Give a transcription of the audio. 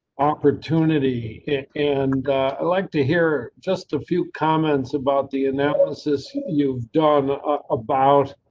opportunity and i'd like to hear just a few comments about the analysis you've done about.